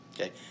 Okay